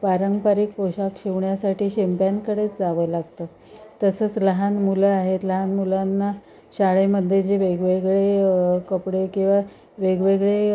पारंपरिक पोशाख शिवण्यासाठी शिंप्यांकडेच जावं लागतं तसंच लहान मुलं आहेत लहान मुलांना शाळेमध्ये जे वेगवेगळे कपडे किंवा वेगवेगळे